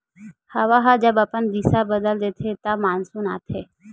हवा ह जब अपन दिसा बदल देथे त मानसून आथे